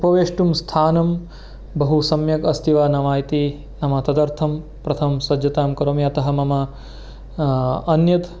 उपवेष्टुं स्थानं बहु सम्यक् अस्ति वा न वा इति नाम तदर्थं प्रथमं सज्जतां करोमि अतः मम अन्यत्